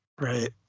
Right